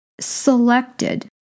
selected